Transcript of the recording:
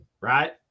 right